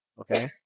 Okay